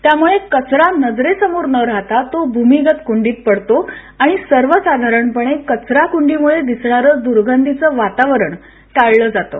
त्यामुळे कचरा नजरेसमोर न राहता तो भूमीगत कुंडीत पडतो आणि सर्वसाधारणपणे कचराकुंडीमुळे दिसणार द्र्गंधीचे वातावरण टाळलं जातं